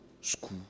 school